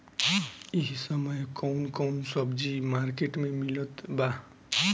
इह समय कउन कउन सब्जी मर्केट में मिलत बा?